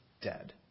dead